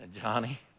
Johnny